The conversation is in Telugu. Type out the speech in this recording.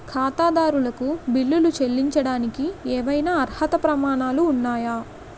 ఖాతాదారులకు బిల్లులు చెల్లించడానికి ఏవైనా అర్హత ప్రమాణాలు ఉన్నాయా?